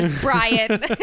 brian